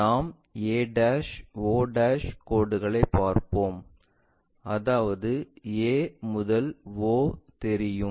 நாம் a o கோடுகளைப் பார்ப்போம் அதாவது a முதல் o தெரியும்